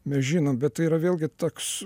mes žinom bet tai yra vėlgi toks